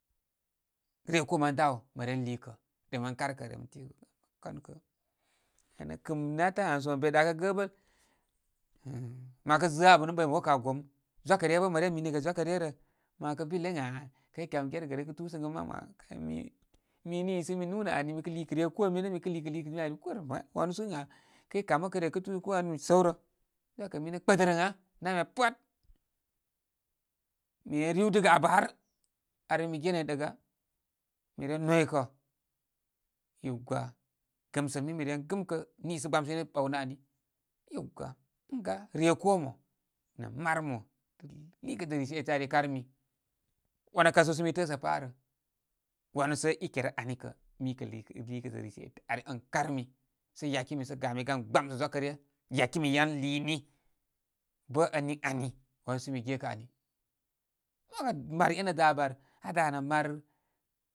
Rye koo manə da aw mə ren liikə rem ren karkə. Kam kə ani kɨm netə ami sə mən be ɗakə gəbəl min mə ‘wakə zəə a abə nə ɓayma wookə aa gom. Zwakərgə bə mə re minə gə zwakə ryə rə. Má wakə bile ən gba kəy kam gergərə kəy túsəmgə mam ma ami mi, mi nii sə mi núnə ani mi kə liikə rye koo minə mi kə liikə, liikə minə. waso ən gha kəy kamu kəy mi səw rə. Zwakə minə kpədərəŋa. Namya pat, mi ren riw dəgə abə har ar min mi genə ai ɗəga. Mi ren noykə, gɨmsə minə miren gɨmkə niisə gbamsə minə ɓawnə ani. Yawa ənga rye koo mə nə maar mo. Mi kə netə rishe ete ari karmi. Wanu kan səw sə mi təəsə párə. Wanu sə i kerə ani kə mi kə liikə tə rishe ete ani on karmi sə yakirami sə gami gan gbamsə zwakəryə. Yakimi yan liini, bə ən niy ani-wanu sə mi gekə ani, maar enə dabə an aa danə maar.